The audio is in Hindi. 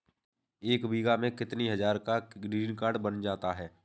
एक बीघा में कितनी हज़ार का ग्रीनकार्ड बन जाता है?